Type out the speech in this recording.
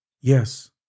Yes